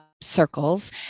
Circles